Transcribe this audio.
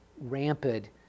rampant